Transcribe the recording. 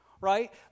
right